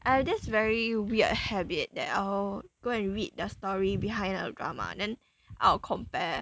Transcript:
I have this very weird habit that I'll go and read the story behind a drama then I'll compare